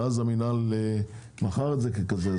ואז המינהל מכר את זה ככזה.